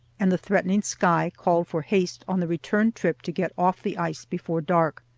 and the threatening sky called for haste on the return trip to get off the ice before dark.